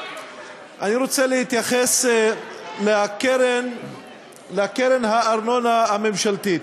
אני רוצה להתייחס לקרן הארנונה הממשלתית.